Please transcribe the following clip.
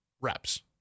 reps